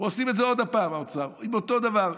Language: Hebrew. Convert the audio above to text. ועושים את זה עוד פעם, האוצר, עם אותו דבר.